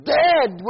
dead